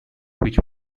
which